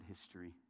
history